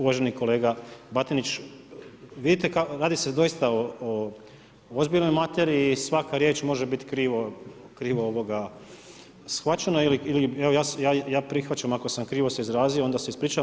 Uvaženi kolega Batinić, vidite radi se doista o ozbiljnoj materiji i svaka riječ može biti krivo shvaćena ili evo, ja prihvaćam ako sam krivo se izrazio, onda se ispričavam.